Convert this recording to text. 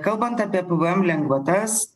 kalbant apie pvm lengvatas